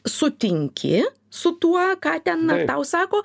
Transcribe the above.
sutinki su tuo ką ten tau sako